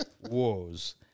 wars